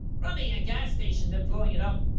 robbing a gas station then blowing it up.